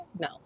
No